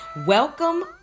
Welcome